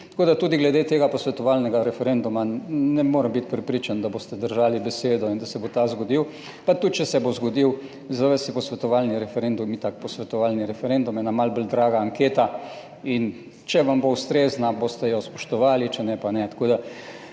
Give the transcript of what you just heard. Tako da tudi glede tega posvetovalnega referenduma ne morem biti prepričan, da boste držali besedo in da se bo ta zgodil, pa tudi če se bo zgodil, za vas je posvetovalni referendum itak posvetovalni referendum, ena malo bolj draga anketa. Če vam bo ustrezna, jo boste spoštovali, če ne, pa ne.